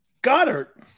Goddard